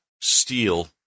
steal